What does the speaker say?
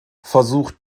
versucht